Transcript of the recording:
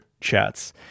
chats